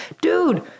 Dude